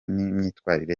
n’imyitwarire